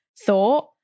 Thought